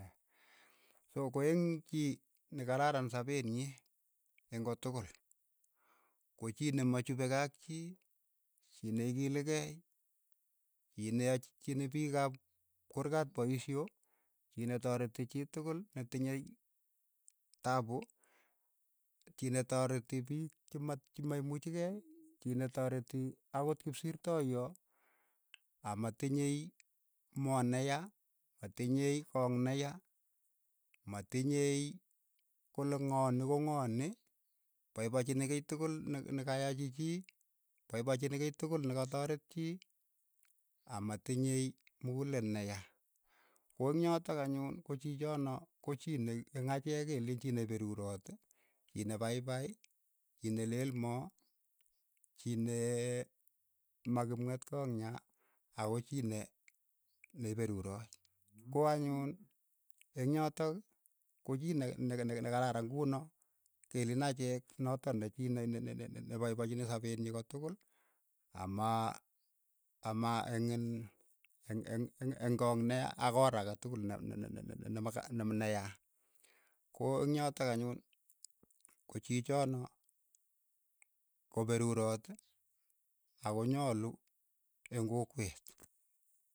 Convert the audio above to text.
So ko eng' chii nekararan sapeet nyii, eng' kotokol, ko chii ne ma chupe kei ak chii, chii ne ikilikei, chii ne achini piik ap kuurkat paisho, chii ne toreti chii tukul netinyei tapu, chii nne toreti piik chemat che maimuchikei, chii netoreti akot kipsirtoyoo, amatinyei moo neya, matinyei koong' neya, matinyei kole ng'o ni ko ng'o ni, paipachini kei tukul ne- nekayachi chii, mpaipachini kei tukul ne kataret chii, ama tinyei mukuleel ne ya. ko ing' yotok anyun, ko chii choo no, ko chii ne eng' achek keleen chii ne iperuroot, chii ne paipai, chii ne leel moo, chii nee makipng'etkon'g ya, ako chii ne neiperuroot, ko anyuun, eng' yotok, ko chii ne- ne- nekararan kunoo keleen achek notok ne ki ne- ne- ne paipachini sapeet nyi ko tukul ama ama eng' in eng' eng' eng' koong' neya ak oor ake tukul ne- ne- ne- nemak neya, koing' yotok anyun, ko chii cho noo, ko peruroot ako nyolu eng' kokweet.